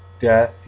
death